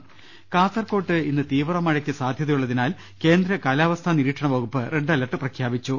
രദ്ദേഷ്ടങ കാസർകോട്ട് ഇന്ന് തീവ്ര മഴയ്ക്ക് സാധ്യതയുള്ളതിനാൽ കേന്ദ്ര കാലാ വസ്ഥാ നിരീക്ഷണ വകുപ്പ് റെഡ് അലർട്ട് പ്രഖ്യാപിച്ചു